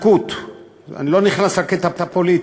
ההתנתקות, אני לא נכנס לקטע פוליטי,